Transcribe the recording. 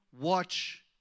watch